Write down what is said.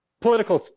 political,